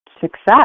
success